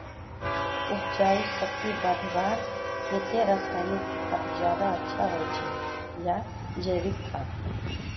उपजाऊ शक्ति बढ़वार केते रासायनिक खाद ज्यादा अच्छा होचे या जैविक खाद?